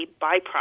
byproduct